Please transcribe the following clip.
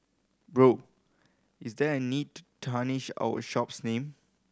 Bro is there a need to tarnish our shop's name